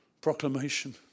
proclamation